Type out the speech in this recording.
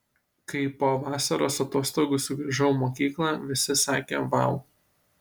kai po vasaros atostogų sugrįžau į mokyklą visi sakė vau